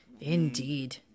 Indeed